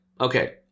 okay